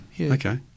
Okay